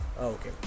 Okay